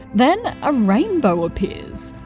then. a rainbow appears.